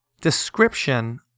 description